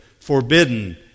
forbidden